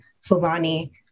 Fulani